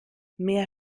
mehr